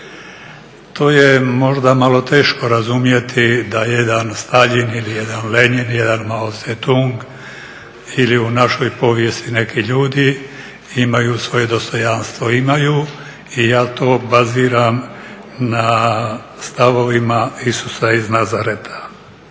To je možda malo teško razumjeli da jedan Staljin ili jedan Lenjin, jedan Mao Tze Tung ili u našoj povijesti neki ljudi imaju svoje dostojanstvo. Imaju i ja to baziram na stavovima Isusa iz Nazareta.